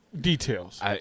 Details